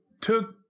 took